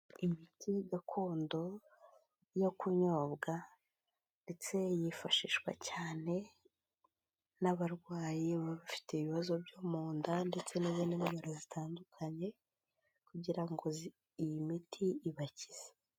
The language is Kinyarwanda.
Imiti gakondo yo kunyobwa ndetse yifashishwa cyane n'abarwayi bafite ibibazo byo mu nda ndetse n'izindi ndwara zitandukanye kugira ngo iyi miti ibakize.